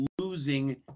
losing